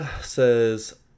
Says